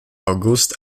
august